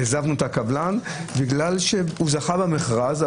העזבנו את הקבלן בגלל שהוא זכה במכרז.